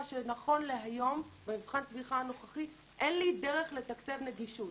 שנכון להיום במבחן תמיכה הנוכחי אין לי דרך לתקצב נגישות.